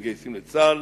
מתגייסים לצה"ל,